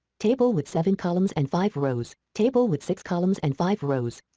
table with seven columns and five rows. table with six columns and five rows.